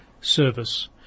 service